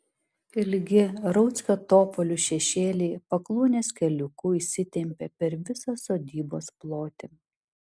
ilgi rauckio topolių šešėliai pakluonės keliuku išsitempia per visą sodybos plotį